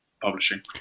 publishing